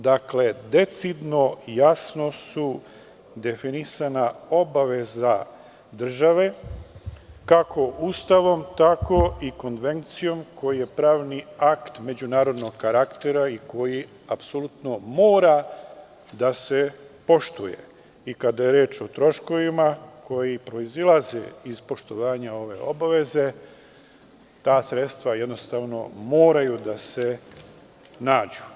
Dakle, decidno i jasno su definisana obaveza države, kako Ustavom tako i konvencijom koji je pravni akt međunarodnog karaktera i koji mora da se poštuje, i kada je reč o troškovima koji proizilaze iz poštovanja ove obaveze, ta sredstva moraju da se nađu.